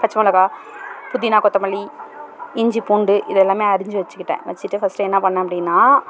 பச்சை மிளகா புதினா கொத்தமல்லி இஞ்சி பூண்டு இது எல்லாமே அறிஞ்சி வச்சுக்கிட்டேன் வச்சிகிட்டு ஃபர்ஸ்ட் என்ன பண்ணேன் அப்படின்னா